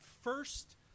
first